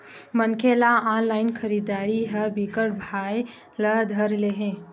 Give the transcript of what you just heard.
मनखे ल ऑनलाइन खरीदरारी ह बिकट भाए ल धर ले हे